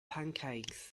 pancakes